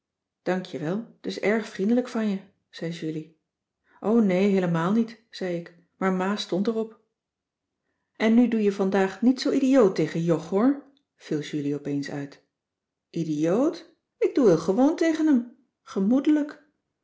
dank je wel t is erg vriendelijk van je zei julie o nee heelemaal niet zei ik maar ma stond er op en nu doe je vandaag niet zoo idioot tegen jog hoor viel julie opeens uit idioot ik doe heel gewoon tegen hem